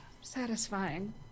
satisfying